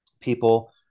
People